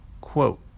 quote